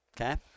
Okay